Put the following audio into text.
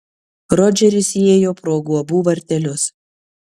rodžeris įėjo pro guobų vartelius